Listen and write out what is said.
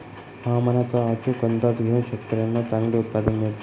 हवामानाचा अचूक अंदाज घेऊन शेतकाऱ्यांना चांगले उत्पादन मिळते